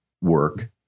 work